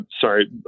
sorry